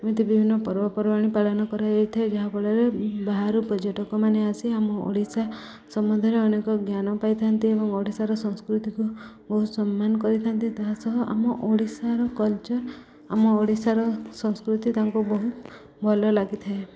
ଏମିତି ବିଭିନ୍ନ ପର୍ବପର୍ବାଣି ପାଳନ କରାଯାଇଥାଏ ଯାହାଫଳରେ ବାହାରୁ ପର୍ଯ୍ୟଟକମାନେ ଆସି ଆମ ଓଡ଼ିଶା ସମନ୍ଧରେ ଅନେକ ଜ୍ଞାନ ପାଇଥାନ୍ତି ଏବଂ ଓଡ଼ିଶାର ସଂସ୍କୃତିକୁ ବହୁତ ସମ୍ମାନ କରିଥାନ୍ତି ତା ସହ ଆମ ଓଡ଼ିଶାର କଲଚର୍ ଆମ ଓଡ଼ିଶାର ସଂସ୍କୃତି ତାଙ୍କୁ ବହୁତ ଭଲ ଲାଗିଥାଏ